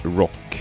rock